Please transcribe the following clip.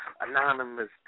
Anonymous